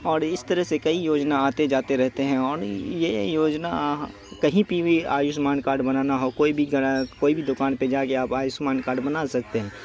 اور اس طرح سے کئی یوجنا آتے جاتے رہتے ہیں اور یہ یوجنا کہیں پہ بھی آیوشمان کارڈ بنانا ہو کوئی بھی گھر کوئی بھی دوکان پہ جا کے آپ آیوشمان کارڈ بنا سکتے ہیں